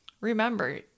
Remember